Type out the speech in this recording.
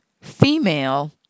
female